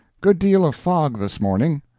good deal of fog this morning.